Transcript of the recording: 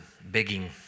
begging